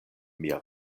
mia